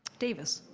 davis.